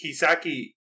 Kisaki